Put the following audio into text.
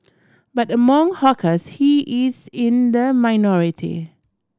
but among hawkers he is in the minority